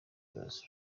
kibazo